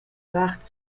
vart